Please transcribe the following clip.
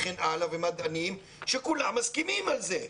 מדענים וכן הלאה שכולם מסכימים על זה,